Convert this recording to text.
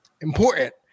important